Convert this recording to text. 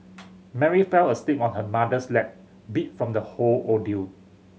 Mary fell asleep on her mother's lap beat from the whole ordeal